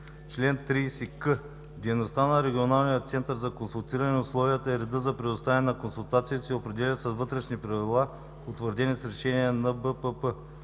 Чл. 30к. Дейността на Регионалния център за консултиране, условията и редът за предоставяне на консултации се определят с вътрешни правила, утвърдени с решение на НБПП.